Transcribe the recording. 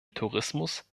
tourismus